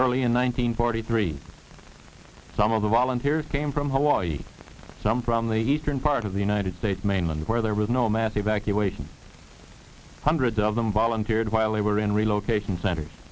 early in one nine hundred forty three some of the volunteers came from hawaii some from the eastern part of the united states mainland where there was no math evacuation hundreds of them volunteered while they were in relocation centers